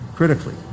critically